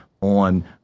on